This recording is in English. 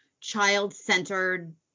child-centered